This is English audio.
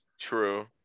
True